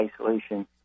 isolation